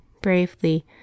bravely